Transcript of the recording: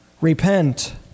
Repent